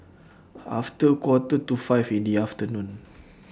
after A Quarter to five in The afternoon